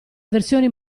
versioni